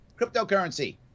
Cryptocurrency